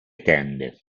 tende